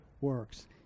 works